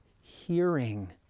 hearing